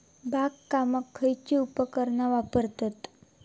बागकामाक खयची उपकरणा वापरतत?